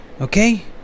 okay